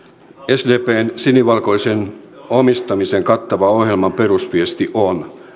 sdpn sinivalkoisen omistamisen kattavan ohjelman perusviesti on